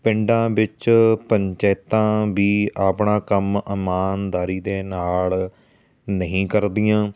ਪਿੰਡਾਂ ਵਿੱਚ ਪੰਚਾਇਤਾਂ ਵੀ ਆਪਣਾ ਕੰਮ ਇਮਾਨਦਾਰੀ ਦੇ ਨਾਲ ਨਹੀਂ ਕਰਦੀਆਂ